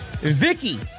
Vicky